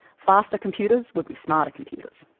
faster computers would be smarter computers.